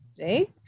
right